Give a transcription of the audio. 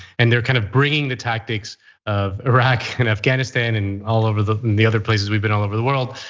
and they're kind of bringing the tactics of iraq and afghanistan and all over the the other places. we've been all over the world.